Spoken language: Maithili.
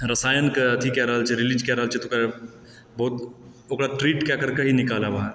रसायनके अथी कए रहल छै रिलीज कए रहल छै तऽ ओकरा बहुत ओकरा ट्रीट कए कर ही निकालब अहाँ